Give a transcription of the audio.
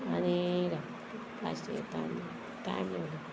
आनी plastic time